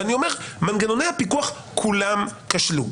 אני אומר שמנגנוני הפיקוח, כולם כשלו.